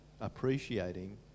appreciating